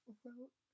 wrote